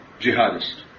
jihadist